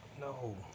No